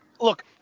Look